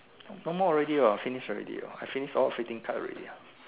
no more already hor finish already hor I finished all fifteen card already ah